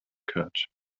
catch